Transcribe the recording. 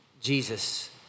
Jesus